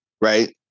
right